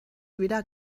wieder